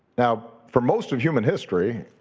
now for most of human history,